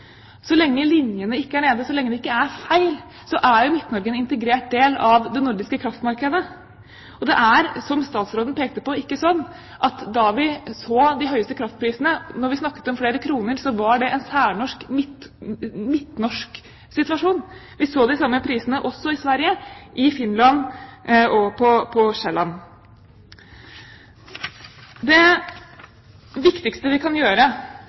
ikke er feil, er Midt-Norge en integrert del av det nordiske kraftmarkedet. Det er, som statsråden pekte på, ikke slik at da vi så de høyeste kraftprisene, da vi snakket om flere kroner, var det en særnorsk, midtnorsk situasjon. Vi så de samme prisene også i Sverige, i Finland og på Sjælland. Det viktigste vi kan gjøre